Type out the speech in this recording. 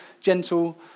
gentle